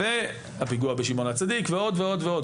והפיגוע בשמעון הצדיק ועוד ועוד,